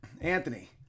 Anthony